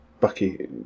Bucky